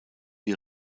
die